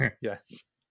Yes